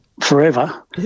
forever